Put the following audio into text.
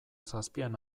zazpian